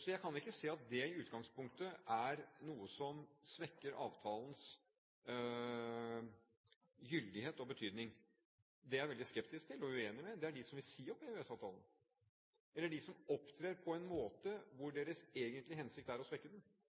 Så jeg kan ikke se at det i utgangspunktet er noe som svekker avtalens gyldighet og betydning. Det jeg er veldig skeptisk til, og uenig i, er når man vil si opp EØS-avtalen, eller når man opptrer på en måte som er slik at den egentlige hensikt er å svekke den.